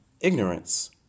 ignorance